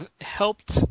helped